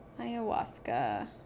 Ayahuasca